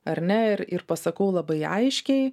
ar ne ir ir pasakau labai aiškiai